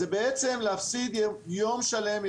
זה בעצם להפסיד יום שלם,